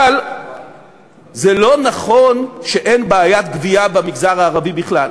אבל זה לא נכון שאין בעיית גבייה במגזר הערבי בכלל,